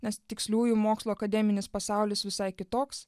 nes tiksliųjų mokslų akademinis pasaulis visai kitoks